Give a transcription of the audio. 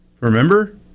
Remember